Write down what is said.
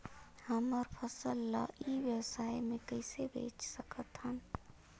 हमर फसल ल ई व्यवसाय मे कइसे बेच सकत हन?